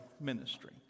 ministry